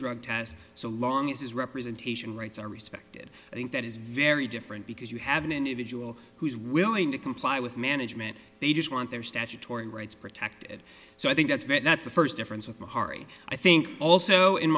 drug test so long as his representation rights are respected i think that is very different because you have an individual who's willing to comply with management they just want their statutory rights protected so i think that's great that's a first difference with the hari i think also